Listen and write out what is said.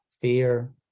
fear